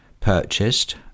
purchased